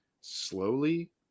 slowly